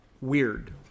weird